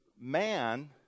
man